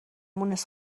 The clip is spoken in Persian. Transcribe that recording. مونس